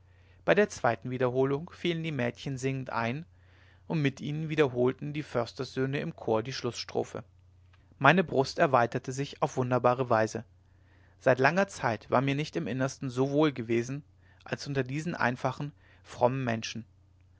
bei der zweiten wiederholung fielen die mädchen singend ein und mit ihnen wiederholten die försterssöhne im chor die schlußstrophe meine brust erweiterte sich auf wunderbare weise seit langer zeit war mir nicht im innersten so wohl gewesen als unter diesen einfachen frommen menschen